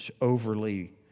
overly